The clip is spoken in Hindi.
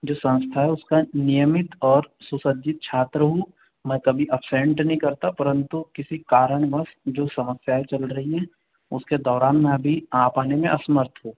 जो संस्था है उसका नियमित और सुसज्जित छात्र हूं मैं कभी एब्सेंट नहीं करता परंतु किसी कारण वर्स जो समस्याएं चल रही हैं उसके दौरान मैं अभी आ पाने में असमर्थ हूं